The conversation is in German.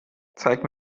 zeige